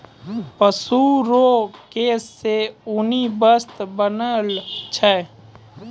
पशु रो केश से ऊनी वस्त्र बनैलो छै